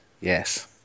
Yes